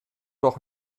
doch